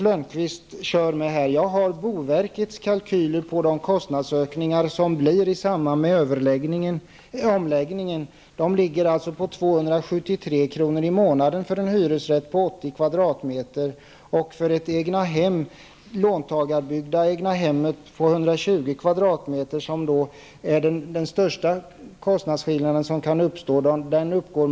Jag har tagit del av boverkets kalkyler över de kostnadshöjningar som blir aktuella i samband med omläggningen. Höjningen ligger alltså på 273 kr. i månaden för en hyresrätt på 80 m2. För ett låntagarbyggt egnahem på 120 m2 uppgår höjningen till maximalt 673 kr. i månaden -- och detta är den största kostnadshöjningen som kan uppstå.